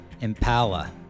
Impala